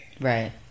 Right